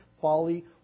folly